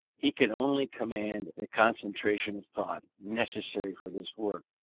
he could only command the concentration of thought necessary for this work,